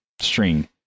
string